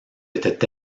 étaient